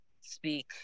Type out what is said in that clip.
speak